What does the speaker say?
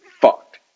fucked